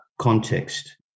context